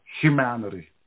humanity